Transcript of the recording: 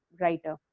writer